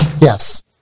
Yes